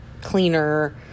cleaner